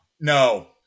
No